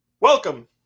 welcome